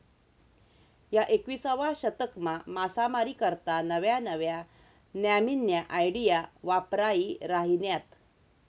ह्या एकविसावा शतकमा मासामारी करता नव्या नव्या न्यामीन्या आयडिया वापरायी राहिन्यात